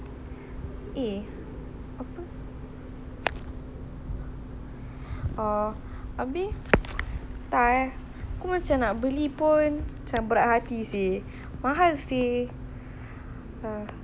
oh abeh entah eh aku macam nak beli pun macam berat hati seh mahal seh uh abeh kat sekolah kau aku selalu dengar dari sekolah kau orang selalu beli bubble tea sedap ke bubble tea dia